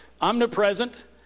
omnipresent